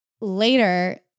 Later